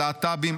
על להט"בים,